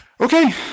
Okay